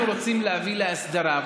אנחנו רוצים להביא להסדרה,